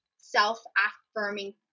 self-affirming